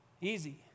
Easy